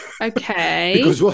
Okay